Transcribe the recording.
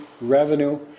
revenue